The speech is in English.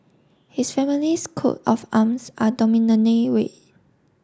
his family's coat of arms are dominantly red